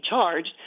charged